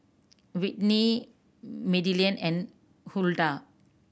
Whitney Madilynn and Huldah